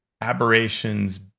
aberrations